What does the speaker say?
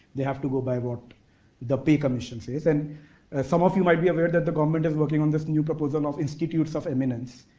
they have to go by what the pay commission says. and some of you might be aware that the government is working on this new proposal of institutes of eminence.